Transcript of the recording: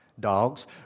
Dogs